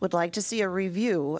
would like to see a review